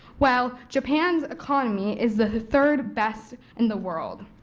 well japan's economy is the third best in the world.